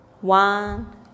one